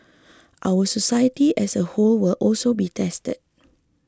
our society as a whole will also be tested